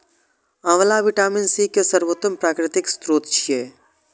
आंवला vitamin C के सर्वोत्तम प्राकृतिक स्रोत छियै